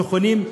נכונים,